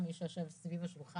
גם מי שיושב סביב השולחן,